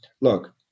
look